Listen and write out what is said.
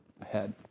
ahead